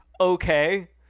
Okay